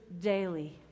daily